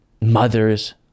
mothers